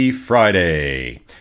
Friday